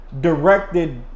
directed